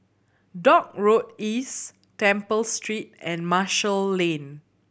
Dock Road East Temple Street and Marshall Lane